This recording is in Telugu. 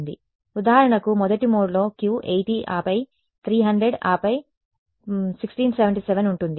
కాబట్టి ఉదాహరణకు మొదటి మోడ్లో Q 80 ఆపై 300 ఆపై 1677 ఉంటుంది